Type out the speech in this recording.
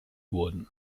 wurden